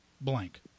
blank